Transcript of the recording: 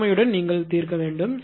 பொறுமையுடன் சரியாக தீர்க்க வேண்டும்